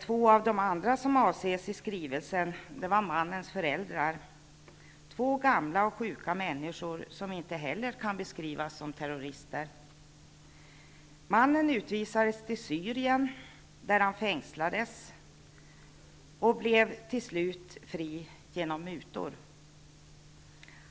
Två av de andra som avses i skrivelsen var mannens föräldrar, två gamla och sjuka människor som inte heller kan beskrivas som terrorister. Han blev till slut fri genom mutor.